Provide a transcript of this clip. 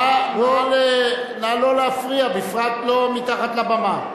נא לא להפריע, בפרט לא מתחת לבמה.